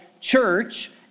church